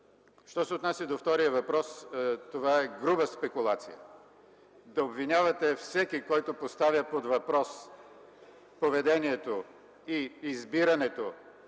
Що се отнася до втория въпрос това е груба спекулация. Да обвинявате всеки, който поставя под въпрос поведението и избирането